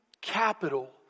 capital